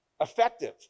effective